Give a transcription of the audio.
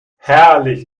herrlich